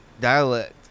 dialect